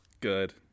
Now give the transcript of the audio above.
Good